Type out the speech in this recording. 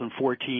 2014